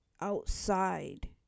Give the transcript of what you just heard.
outside